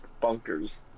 bunkers